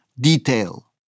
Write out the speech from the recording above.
detail